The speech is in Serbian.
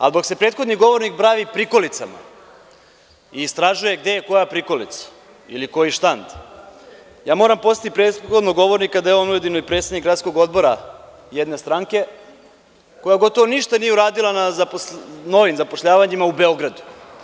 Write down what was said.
A dok se prethodni govornik bavi prikolicama i istražuje gde je koja prikolica, ili koji štand, ja moram podsetiti prethodnog govornika da je on ujedno i predsednik Gradskog odbora jedne stranke, koja gotovo ništa nije uradila na novim zapošljavanjima u Beogradu.